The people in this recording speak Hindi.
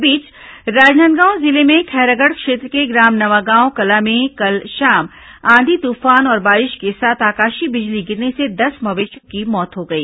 इस बीच राजनांदगांव जिले में खैरागढ़ क्षेत्र के ग्राम नवागांव कला में कल शाम आंधी तूफान और बारिश के साथ आकाशीय बिजली गिरने से दस मवेशियों की मौत हो गई